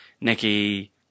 Nikki